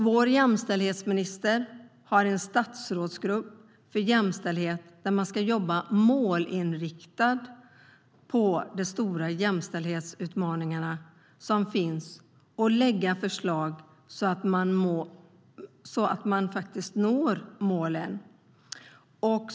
Vår jämställdhetsminister har en statsrådsgrupp för jämställdhet där man ska jobba målinriktat på de stora jämställdhetsutmaningar som finns och lägga fram förslag så att man faktiskt når målen.